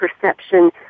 perception